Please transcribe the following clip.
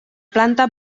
planta